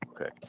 Okay